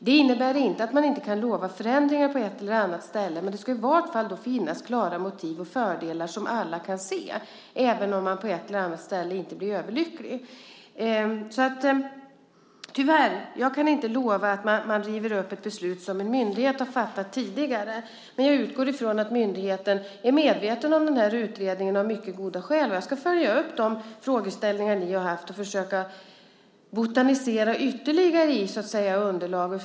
Det innebär inte att man inte kan lova förändringar på ett eller annat ställe, men det ska i vart fall finnas klara motiv och fördelar som alla kan se även om man på ett eller annat ställe inte blir överlycklig. Tyvärr kan jag inte lova att man river upp ett beslut som en myndighet har fattat tidigare, men jag utgår från att man på myndigheten är medveten om den här utredningen av mycket goda skäl. Jag ska följa upp de frågeställningar som ni har och försöka botanisera ytterligare i underlaget.